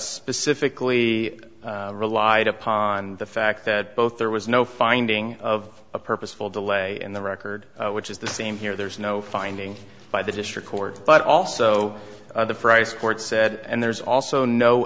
specifically relied upon the fact that both there was no finding of a purposeful delay in the record which is the same here there's no finding by the district court but also the fries court said and there's also no